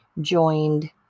joined